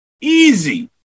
Easy